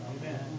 Amen